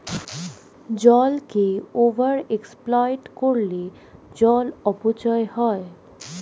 জলকে over exploit করলে জল অপচয় হয়